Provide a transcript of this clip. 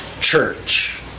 church